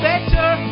better